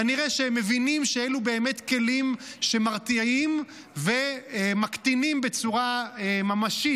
כנראה שהם מבינים שאלו באמת כלים שמרתיעים ומקטינים בצורה ממשית,